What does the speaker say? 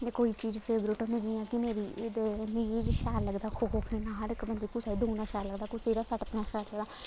जियां कोई चीज फेवरट होंदी जियां कि मिगी एह्दे मिगी शैल लगदा खो खो खेलना हर इक बंदे गी कुसै गी दौड़ना शैल लगदा कुसै गी रस्सा टप्पना शैल लगदा